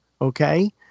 Okay